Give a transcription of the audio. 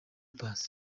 paccy